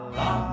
la